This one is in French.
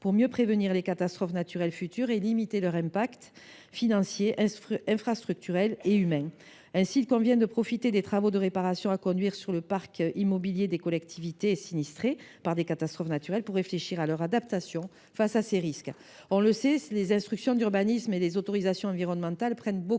de mieux prévenir les catastrophes naturelles futures et de limiter leurs impacts, qu’ils soient financiers, infrastructurels ou humains. Ainsi convient il de profiter des travaux de réparation à conduire sur le parc immobilier des collectivités sinistrées par des catastrophes naturelles pour réfléchir à leur adaptation face à ces risques. On le sait, les instructions d’urbanisme et les autorisations environnementales